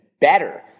better